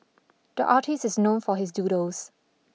the artist is known for his doodles